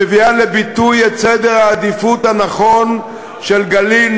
שמביאה לביטוי את סדר העדיפות הנכון של גליל,